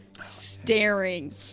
staring